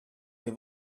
have